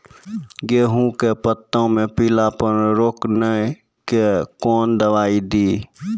गेहूँ के पत्तों मे पीलापन रोकने के कौन दवाई दी?